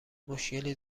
مشکلی